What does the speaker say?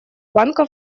банка